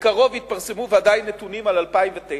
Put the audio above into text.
בקרוב יתפרסמו ודאי נתונים על 2009,